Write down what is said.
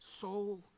soul